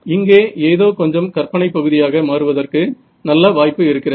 இங்கே ஏதோ கொஞ்சம் கற்பனை பகுதியாக மாறுவதற்கு நல்ல வாய்ப்பு இருக்கிறது